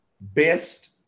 best